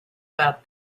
about